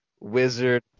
wizard